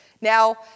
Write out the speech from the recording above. Now